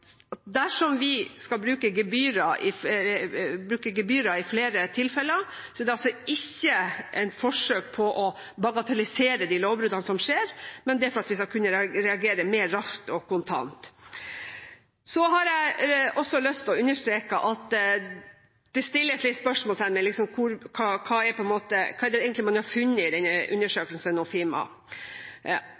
dersom vi skal bruke gebyrer i flere tilfeller, er det ikke et forsøk på å bagatellisere de lovbruddene som skjer, men det er for at vi skal kunne reagere raskere og mer kontant. Så stilles det spørsmål ved hva man egentlig har funnet i denne